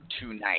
tonight